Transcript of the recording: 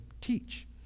teach